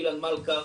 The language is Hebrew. אילן מלכא,